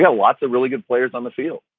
yeah lots of really good players on the field.